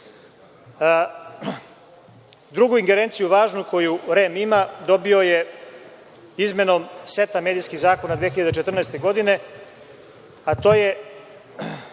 važnu ingerenciju koju REM ima dobio je izmenom seta medijskih zakona 2014. godine, a to je